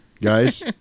guys